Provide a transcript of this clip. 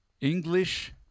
english